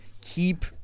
keep